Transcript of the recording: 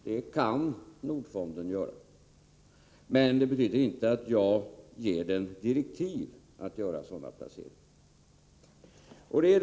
Det kan Nordfonden göra, men det betyder inte att jag ger den direktiv att göra sådana placeringar.